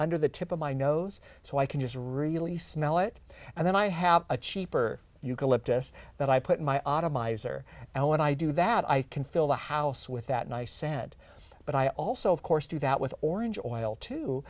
under the tip of my nose so i can just really smell it and then i have a cheaper eucalyptus that i put my autumn eyes or i when i do that i can fill the house with that and i said but i also of course do that with orange oil too